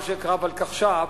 מה שנקרא ולקחש"פ,